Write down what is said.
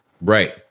Right